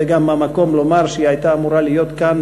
זה גם המקום לומר שהיא הייתה אמורה להיות כאן,